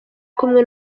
kumwe